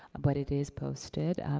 ah but it is posted.